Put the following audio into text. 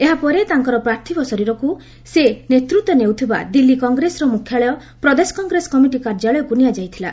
ଏହାପରେ ତାଙ୍କର ପାର୍ଥବ ଶରୀରକୁ ସେ ନେତୃତ୍ୱ ନେଉଥିବା ଦିଲ୍ଲୀ କଂଗ୍ରେସର ମୁଖ୍ୟାଳୟ ପ୍ରଦେଶ କଂଗ୍ରେସ କମିଟି କାର୍ଯ୍ୟାଳୟକୁ ନିଆଯାଇଥିଲା